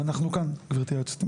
ואנחנו כאן, גברתי היועצת המשפטית.